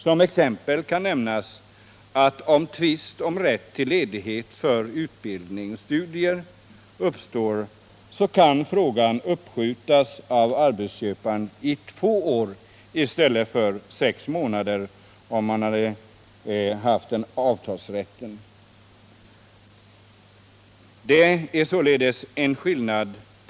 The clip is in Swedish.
Som exempel kan nämnas att om tvist om rätt till ledighet för studier uppstår, kan frågan uppskjutas av arbetsköparen två år i stället för sex månader, som hade gällt om den anställdes fackliga organisation hade haft avtalsrätten.